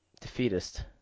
defeatist